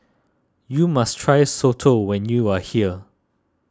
you must try Soto when you are here